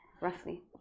roughly